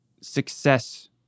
success